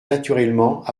naturellement